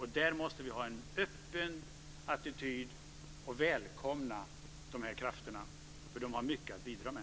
Här måste vi ha en öppen attityd och välkomna dessa krafter, för de har mycket att bidra med.